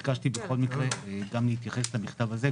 ביקשתי בכל מקרה להתייחס למכתב הזה,